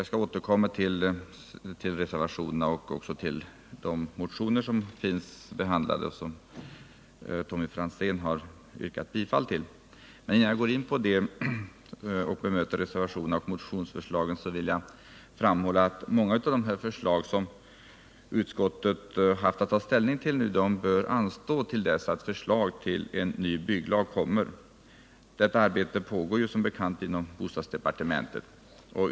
Jag skall återkomma till reservationerna och också till de motioner som finns behandlade, bl.a. den som Tommy Franzén har yrkat bifall till. Men innan jag går in och bemöter reservationerna och motionsförslagen vill jag framhålla att många av de förslag som utskottet haft att ta ställning till bör anstå till dess att förslag till en ny bygglag kommer. Detta arbete pågår som bekant inom bostadsdepartementet.